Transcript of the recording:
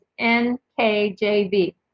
NKJV